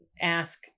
ask